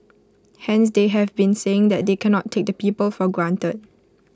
hence they have been saying they cannot take the people for granted